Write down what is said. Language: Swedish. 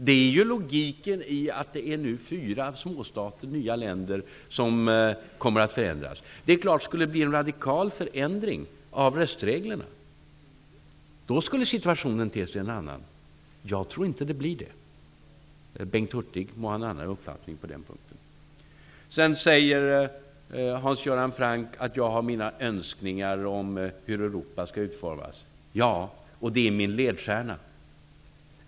Det är logiken i att det nu är fyra nya länder, fyra småstater, som kommer att förändras. Om det skulle bli en radikal förändring av röstreglerna skulle situationen naturligtvis te sig annorlunda. Jag tror inte att det blir det. Bengt Hurtig må ha en annan uppfattning på den punkten. Hans Göran Franck säger att jag har mina önskningar om hur Europa skall utformas. Ja, det har jag, och det är min ledstjärna.